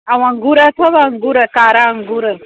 ऐं अंगूर अथव अंगूर कारा अंगूर